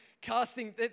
casting